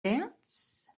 dance